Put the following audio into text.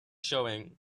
showing